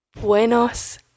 Buenos